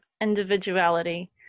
individuality